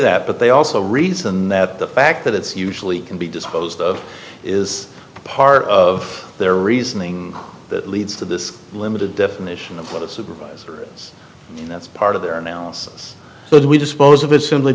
that but they also reason that the fact that it's usually can be disposed of is part of their reasoning that leads to this limited definition of what a supervisor is and that's part of their analysis but we dispose of it simply